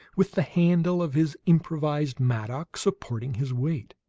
with the handle of his improvised mattock supporting his weight.